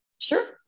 Sure